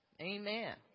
Amen